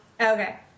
okay